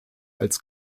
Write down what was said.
als